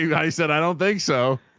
i said, i don't think so.